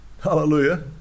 hallelujah